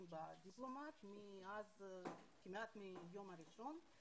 בדיפלומט כמעט מהיום הראשון שהם גרים שם.